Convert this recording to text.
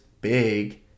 big